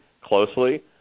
closely